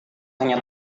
hanya